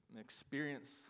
experience